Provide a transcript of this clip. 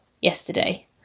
yesterday